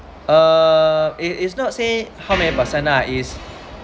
uh it it's not say how many percentage is